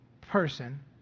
person